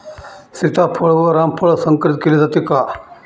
सीताफळ व रामफळ संकरित केले जाते का?